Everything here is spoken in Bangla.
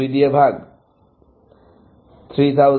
2 দিয়ে ভাগ